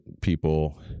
people